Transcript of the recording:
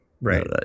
Right